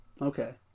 Okay